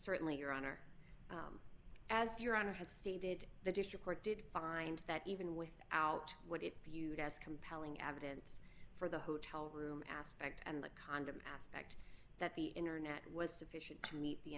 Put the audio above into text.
certainly your honor as your honor has stated the district court did find that even with out what it viewed as compelling evidence for the hotel room aspect and the condom aspect that the internet was sufficient to meet the